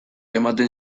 ematen